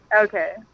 Okay